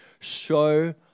show